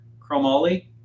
chromoly